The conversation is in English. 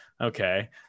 okay